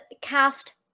cast